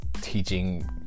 teaching